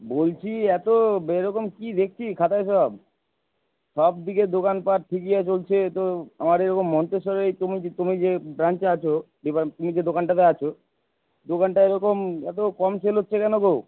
বলছি এত এরকম কি দেখছি খাতায় সব সবদিকে দোকানপাট ঠিকিয়ে চলছে তো আমার এইরকম মন্তেশ্বরে তুমি যে তুমি যে ব্রাঞ্চে আছো তুমি যে দোকানটাতে আছো দোকানটা এইরকম এত কম সেল হচ্ছে কেন গো